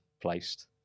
placed